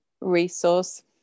resource